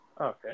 Okay